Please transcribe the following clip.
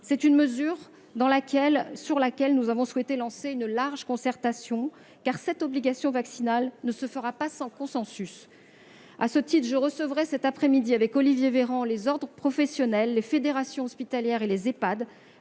soignants. À cet égard, nous avons souhaité lancer une large concertation, car cette obligation vaccinale ne se fera pas sans consensus. À ce titre, je recevrai cet après-midi avec Olivier Véran les ordres professionnels, les fédérations hospitalières et les Ehpad.